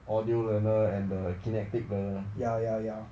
audio learner and the kinetic learner